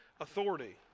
authority